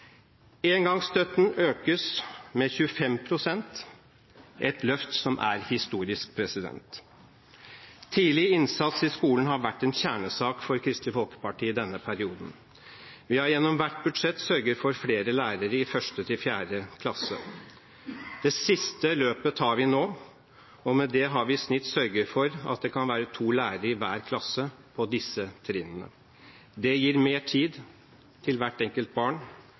Engangsstøtten økes med 25 pst., et løft som er historisk. Tidlig innsats i skolen har vært en kjernesak for Kristelig Folkeparti denne perioden. Vi har gjennom hvert budsjett sørget for flere lærere i 1.–4. klasse. Det siste løpet tar vi nå, og med det har vi i snitt sørget for at det kan være to lærere i hver klasse på disse trinnene. Det gir mer tid til hvert enkelt barn